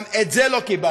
גם את זה לא קיבלנו.